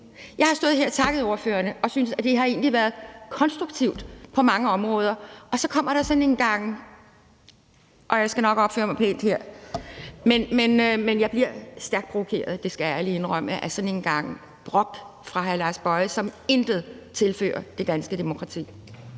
Jeg har stået her og takket ordførerne, og jeg synes, at det egentlig har været konstruktivt på mange områder, og så kommer der sådan en gang – jeg skal nok opføre mig pænt her, men jeg bliver stærkt provokeret; det skal jeg ærligt indrømme – brok fra hr. Lars Boje Mathiesen, som intet tilfører til det danske demokrati.